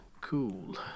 Cool